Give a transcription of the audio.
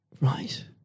Right